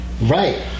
Right